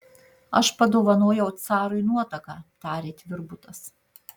aš padovanojau carui nuotaką tarė tvirbutas